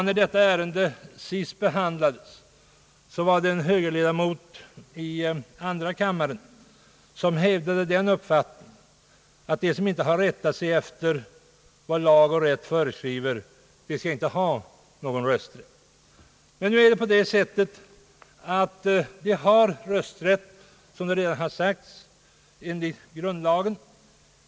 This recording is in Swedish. När detta ärende sist behandlades hävdade en högerledamot i andra kammaren den uppfattningen, att de som inte rättar sig efter vad lag och rätt föreskriver inte skall ha någon rösträtt. Det förhåller sig emellertid så, som det redan har sagts, att de enligt grundlagen har rösträtt.